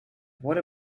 wurde